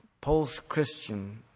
post-Christian